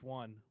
one